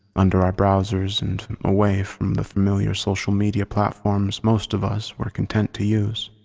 under our browsers and away from the familiar social media platforms most of us were content to use.